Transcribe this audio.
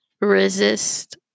resist